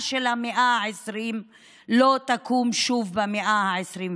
של המאה ה-20 לא תקום שוב במאה ה-21.